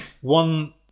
one